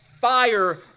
fire